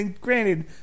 granted